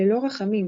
ללא רחמים,